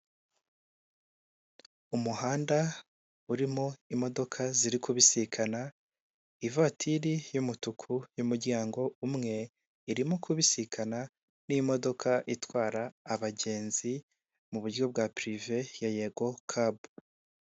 Umuhanda urimo imodoka ziri kubisikana, ivatiri y'umutuku y'umuryango umwe, irimo kubisikana n'imodoka itwara abagenzi mu buryo bwa pirive ya yego kabu.